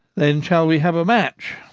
then shall we have a match.